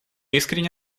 искренне